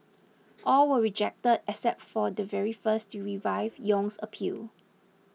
all were rejected except for the very first to revive Yong's appeal